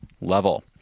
level